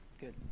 Good